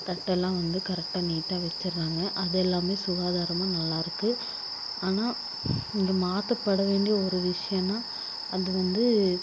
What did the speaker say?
தட்டை எல்லாம் வந்து கரெக்டாக நீட்டாக வெச்சுறாங்க அது எல்லாமே சுகாதாரமும் நல்லாயிருக்கு ஆனால் இங்கே மாற்ற பட வேண்டிய ஒரு விஷயன்னா அது வந்து